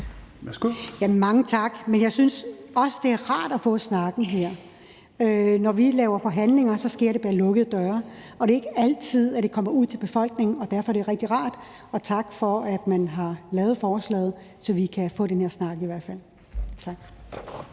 Mange tak. Jeg synes også, det er rart at få snakken her. Når vi har forhandlinger, sker det bag lukkede døre, og det er ikke altid, at det kommer ud til befolkningen, og derfor er det rigtig rart. Og tak for, at man har lavet forslaget, så vi i hvert fald kan